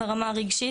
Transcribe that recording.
ברמה הרגשית,